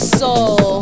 soul